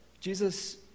Jesus